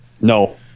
no